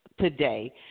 today